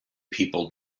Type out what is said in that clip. people